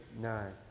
nine